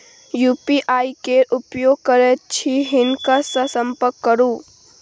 UPI केर उपयोग करैत छी हिनका सँ संपर्क करु